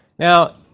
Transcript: Now